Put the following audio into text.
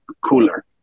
cooler